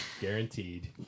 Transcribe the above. Guaranteed